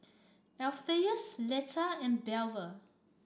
Alpheus Leitha and Belva